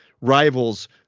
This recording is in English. rivals